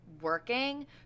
working